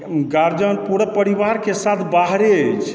guardian पूरे परिवारके साथ बाहरे अछि